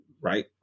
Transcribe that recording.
Right